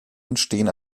entstehen